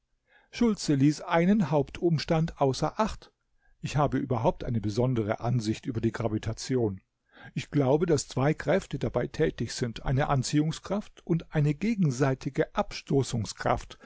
schultze ließ einen hauptumstand außer acht ich habe überhaupt eine besondere ansicht über die gravitation ich glaube daß zwei kräfte dabei tätig sind eine anziehungskraft und eine gegenseitige